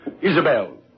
Isabel